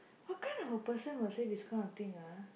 what kind of a person will say this kind of thing ah